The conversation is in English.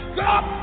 Stop